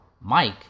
Mike